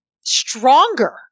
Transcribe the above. stronger